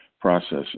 process